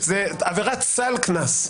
זו עבירת סל קנס.